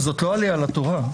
זאת לא עלייה לתורה.